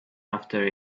after